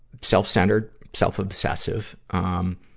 self-centered, self obsessive, um,